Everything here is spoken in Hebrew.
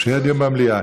שיהיה דיון במליאה.